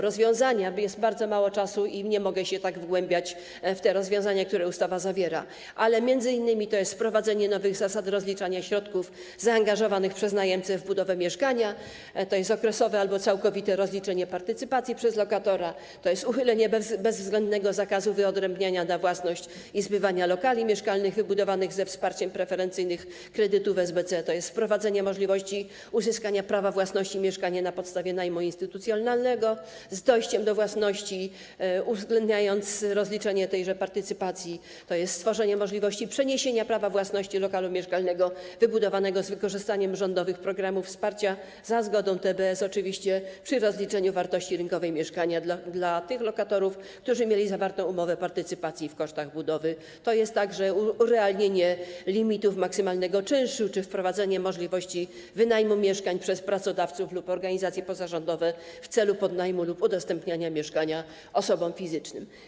Rozwiązania te - jest bardzo mało czasu i nie mogę się w rozwiązania, które zawiera ustawa, zagłębiać - to m.in.: wprowadzenie nowych zasad rozliczania środków zaangażowanych przez najemcę w budowę mieszkania, okresowe albo całkowite rozliczenie partycypacji przez lokatora, uchylenie bezwzględnego zakazu wyodrębniania na własność i zbywania lokali mieszkalnych wybudowanych ze wsparciem preferencyjnych kredytów SBC, wprowadzenie możliwości uzyskania prawa własności mieszkania na podstawie najmu instytucjonalnego z dojściem do własności, z uwzględnieniem rozliczenia partycypacji, stworzenie możliwości przeniesienia prawa własności lokalu mieszkalnego wybudowanego z wykorzystaniem rządowych programów wsparcia, za zgodą TBS oczywiście, przy rozliczeniu wartości rynkowej mieszkania dla tych lokatorów, którzy mieli zawartą umowę partycypacji w kosztach budowy, a także urealnienie limitów maksymalnego czynszu czy wprowadzenie możliwości wynajmu mieszkań przez pracodawców lub organizacje pozarządowe w celu podnajmu lub udostępniania mieszkania osobom fizycznym.